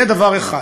זה דבר אחד.